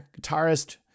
guitarist